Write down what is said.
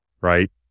right